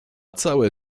całe